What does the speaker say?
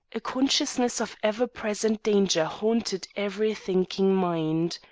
a consciousness of ever-present danger haunted every thinking mind.